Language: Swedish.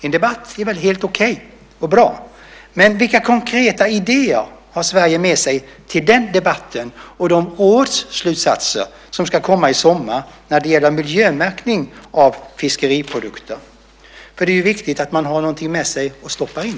En debatt är helt okej och bra, men vilka konkreta idéer har Sverige med sig till den debatten och de rådsslutsatser som ska komma i sommar när det gäller miljömärkning av fiskeriprodukter? Det är viktigt att man har någonting med sig att stoppa in.